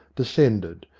descended,